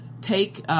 take